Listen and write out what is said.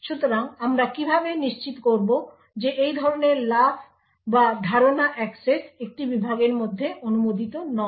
সুতরাং আমরা কীভাবে নিশ্চিত করব যে এই ধরনের লাফ বা ধারণা অ্যাক্সেস একটি বিভাগের মধ্যে অনুমোদিত নয়